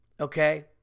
Okay